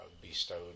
bestowed